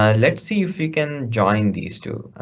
ah let's see if you can join these two.